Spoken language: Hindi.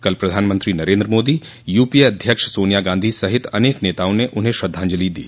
कल प्रधानमंत्री नरेन्द्र मोदी यूपीए अध्यक्ष सोनिया गांधी सहित अनेक नेताओं ने उन्हें श्रद्धांजलि दी